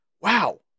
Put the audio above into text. Wow